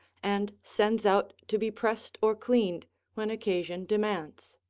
and sends out to be pressed or cleaned when occasion demands.